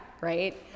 right